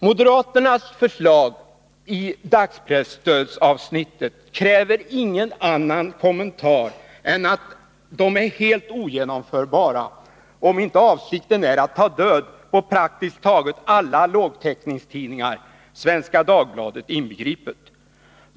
Moderaternas förslag i dagspresstödsavsnittet kräver ingen annan kommentar än att de är helt ogenomförbara, om inte avsikten är att ta död på praktiskt taget alla lågtäckningstidningar — Svenska Dagbladet inbegripet.